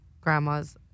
grandma's